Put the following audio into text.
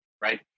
right